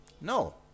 No